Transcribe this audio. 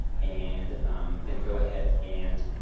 and then go ahead and